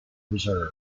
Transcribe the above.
reserves